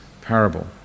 parable